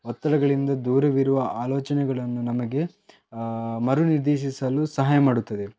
ಒತ್ತಡಗಳಿಂದ ದೂರವಿರುವ ಆಲೋಚನೆಗಳನ್ನು ನಮಗೆ ಮರುನಿರ್ದೇಶಿಸಲು ಸಹಾಯ ಮಾಡುತ್ತದೆ